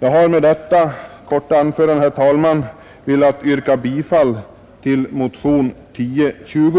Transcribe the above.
Såsom avslutning på detta korta anförande, herr talman, vill jag yrka bifall till motionen 1020.